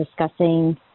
discussing